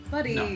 Buddy